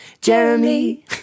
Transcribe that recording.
jeremy